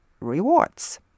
rewards